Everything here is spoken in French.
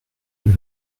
elle